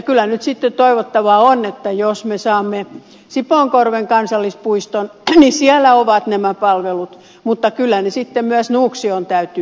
kyllä nyt sitten toivottavaa on että jos me saamme sipoonkorven kansallispuiston niin siellä ovat nämä palvelut mutta kyllä ne sitten myös nuuksioon täytyy järjestää